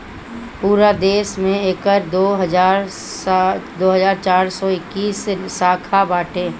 पूरा देस में एकर दो हज़ार चार सौ इक्कीस शाखा बाटे